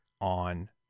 on